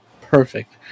perfect